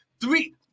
Three